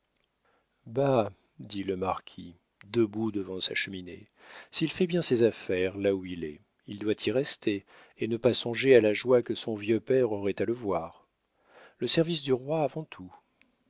dit le marquis debout devant sa cheminée s'il fait bien ses affaires là où il est il doit y rester et ne pas songer à la joie que son vieux père aurait à le voir le service du roi avant tout